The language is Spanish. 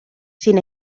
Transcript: sin